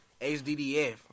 HDDF